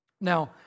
Now